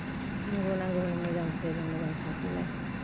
नांगौ नांगौ होनो मोजां बुजायब्ला मोजां थासैलाय